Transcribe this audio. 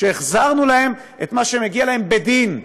שהחזרנו להם את מה שמגיע להם בדין.